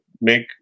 make